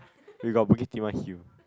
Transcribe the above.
we got Bukit-Timah hill